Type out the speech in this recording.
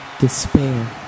despair